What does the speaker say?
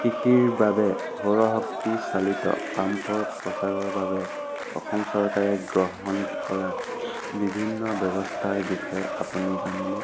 কৃষিৰ বাবে সৌৰশক্তি চালিত পাম্পৰ প্ৰচাৰৰ বাবে অসম চৰকাৰে গ্ৰহণ কৰা বিভিন্ন ব্যৱস্থাৰ বিষয়ে আপুনি জানেনে